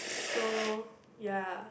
so ya